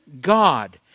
God